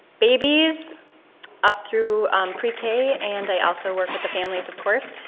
babies up through pre k and i also work with the families, of course.